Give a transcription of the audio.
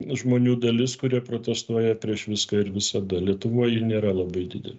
žmonių dalis kurie protestuoja prieš viską ir visada lietuvoj ji nėra labai didelė